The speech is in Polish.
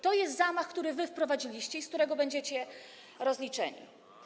To jest zamach, który przeprowadziliście i z którego będziecie rozliczeni.